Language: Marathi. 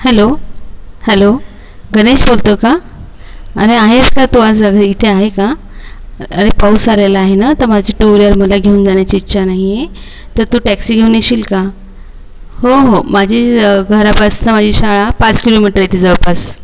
हॅलो हॅलो गनेश बोलतो का अरे आहेस का तू आज घरी इथे आहे का अरे पाऊस आलेला आहे ना तर माझी टू व्हिलर मला घेऊन जाण्याची इच्छा नाही आहे तर तू टॅक्सी घेऊन येशील का हो हो माझी घरापासून शाळा पाच किलोमीटर येते जवळपास